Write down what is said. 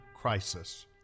crisis